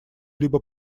либо